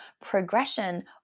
progression